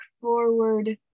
forward